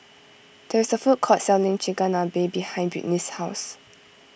there is a food court selling Chigenabe behind Britny's house